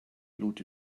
blut